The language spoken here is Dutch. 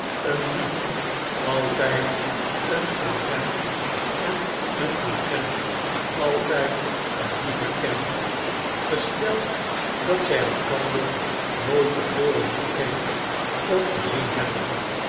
een dief altyd een agent en een agent altyd een dief herkent gesteld dat zij elkander nooit te voren gekend of gezien hebben